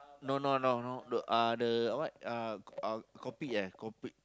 no no no no the uh the what uh uh Coupet eh Coupet